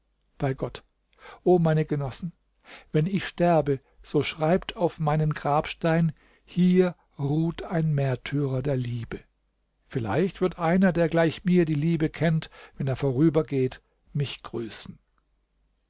bei gott o meine genossen wenn ich sterbe so schreibt auf meinen grabstein hier ruht ein märtyrer der liebe vielleicht wird einer der gleich mir die liebe kennt wenn er vorübergeht mich grüßen